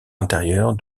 intérieure